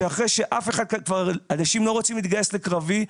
כבר אנשים לא רוצים להתגייס לקרבי,